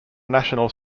national